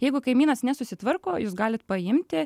jeigu kaimynas nesusitvarko jūs galit paimti